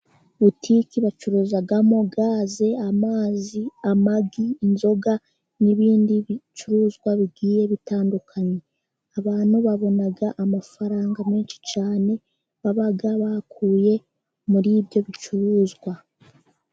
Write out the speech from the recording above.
Butike bacuruzamo gaze, amazi, amagi, inzoga n'ibindi bicuruzwa bigiye bitandukanye. Abantu babona amafaranga menshi cyane baba bakuye muri ibyo bicuruzwa.